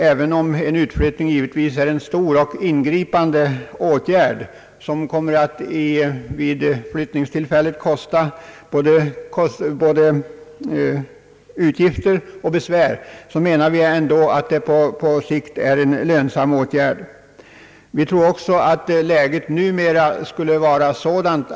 även om en utflyttning givetvis är en ingripande åt gärd, som vid flyttningstillfället medför både utgifter och besvär, anser vi att utflyttningen på längre sikt i alla fall är lönsam.